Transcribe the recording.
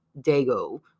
Dago